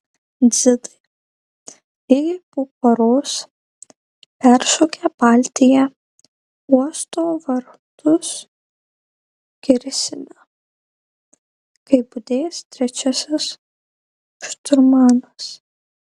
dzidai lygiai po paros peršokę baltiją uosto vartus kirsime kai budės trečiasis šturmanas